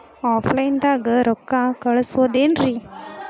Offline ದಾಗ ರೊಕ್ಕ ಕಳಸಬಹುದೇನ್ರಿ?